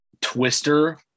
twister